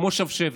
כמו שבשבת.